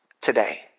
today